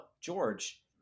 George